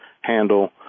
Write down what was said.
handle